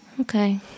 Okay